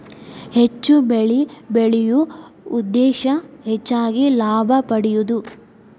ಹೆಚ್ಚು ಬೆಳಿ ಬೆಳಿಯು ಉದ್ದೇಶಾ ಹೆಚಗಿ ಲಾಭಾ ಪಡಿಯುದು